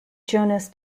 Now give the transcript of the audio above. jonas